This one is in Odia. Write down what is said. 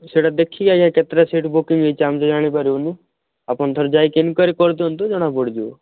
ସେଇଟା ଦେଖିକି ଆଜ୍ଞା କେତେଟା ସିଟ୍ ବୁକିଙ୍ଗ୍ ହେଇଛି ଆମେ ତ ଜାଣି ପାରିବୁନୁ ଆପଣ ଥରେ ଯାଇକି ଇନକ୍ୱାରି କରି ଦିଅନ୍ତୁ ଜଣା ପଡ଼ିଯିବ